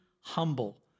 humble